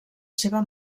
seva